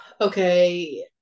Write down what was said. Okay